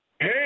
Hey